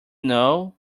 know